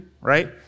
right